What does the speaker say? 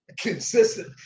consistent